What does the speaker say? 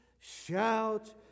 shout